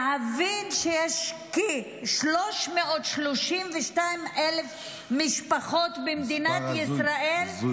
להבין שיש כ-332,000 משפחות במדינת ישראל --- מספר הזוי.